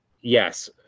yes